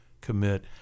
commit